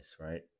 right